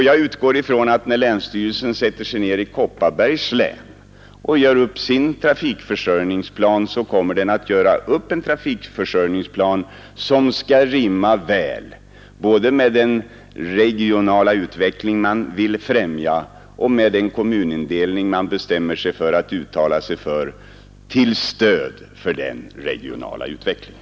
Jag utgår ifrån att när länsstyrelsen i Kopparbergs län sätter sig ned och gör upp sin trafikförsörjningsplan, kommer denna plan att rimma väl både med den regionala utveckling man vill främja och med den kommunindelning man beslutar att uttala sig för till stöd för den regionala utvecklingen.